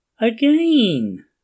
Again